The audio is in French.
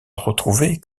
retrouvé